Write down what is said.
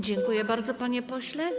Dziękuję bardzo, panie pośle.